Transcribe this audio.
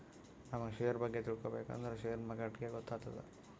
ನಮುಗ್ ಶೇರ್ ಬಗ್ಗೆ ತಿಳ್ಕೋಬೇಕ್ ಅಂದುರ್ ಶೇರ್ ಮಾರ್ಕೆಟ್ನಾಗೆ ಗೊತ್ತಾತ್ತುದ